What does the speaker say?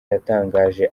yatangaje